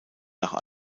nach